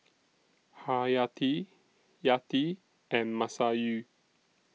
Haryati Yati and Masayu